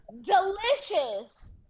Delicious